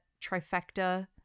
trifecta